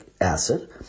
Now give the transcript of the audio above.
acid